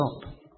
stop